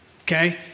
okay